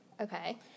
Okay